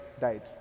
died